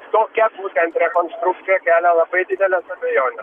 tokia būtent rekonstrukcija kelia labai dideles abejones